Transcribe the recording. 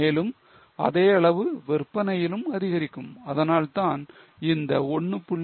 மேலும் அதே அளவு விற்பனையிலும் அதிகரிக்கும் அதனால்தான் இந்த 1